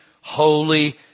holy